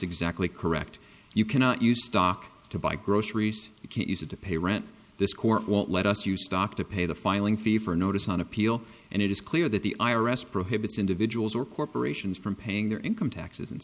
exactly correct you cannot use stock to buy groceries you can't use it to pay rent this court won't let us use stock to pay the filing fee for a notice on appeal and it is clear that the i r s prohibits individuals or corporations from paying their income taxes